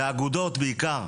לאגודות בעיקר.